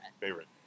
Favorite